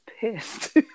pissed